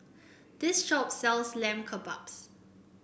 this shop sells Lamb Kebabs